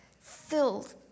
filled